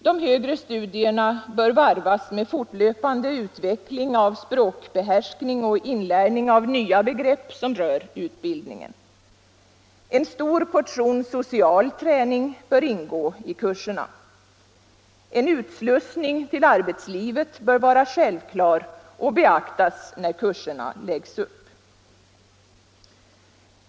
De högre studierna bör varvas med fortlöpande utveckling av språkbehärskning och inlärning av nya begrepp som rör utbildningen. En stor portion social träning bör också ingå i kurserna. En utslussning i arbetslivet bör vara självklar, och den saken bör beaktas när kurserna läggs upp.